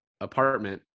apartment